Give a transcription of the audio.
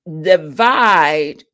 divide